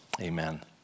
Amen